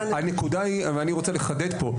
הנקודה היא ואני רוצה לחדד פה,